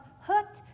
hooked